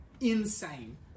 Insane